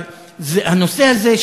אבל הנושא הזה,